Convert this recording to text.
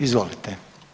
Izvolite.